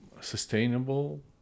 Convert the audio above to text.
sustainable